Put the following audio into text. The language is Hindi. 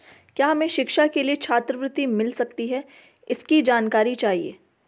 क्या हमें शिक्षा के लिए छात्रवृत्ति मिल सकती है इसकी जानकारी चाहिए?